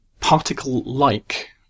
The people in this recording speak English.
particle-like